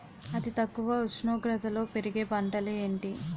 అతి తక్కువ ఉష్ణోగ్రతలో పెరిగే పంటలు ఏంటి?